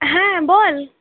হ্যাঁ বল